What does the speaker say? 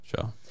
Sure